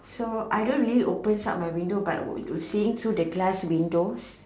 so I don't really opens up my window but seeing through the glass windows